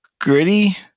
Gritty